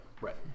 right